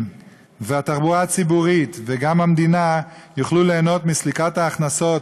והתחבורה הציבורית וגם המדינה יוכלו ליהנות מסליקת ההכנסות